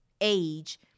age